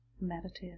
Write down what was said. Meditate